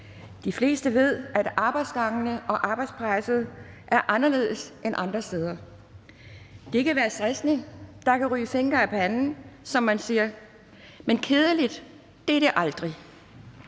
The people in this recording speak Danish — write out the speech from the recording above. De fleste ved, at arbejdsgangene og arbejdspresset er anderledes end andre steder. Det kan være stressende, og der kan ryge finker af panden, som man siger, men kedeligt er det aldrig.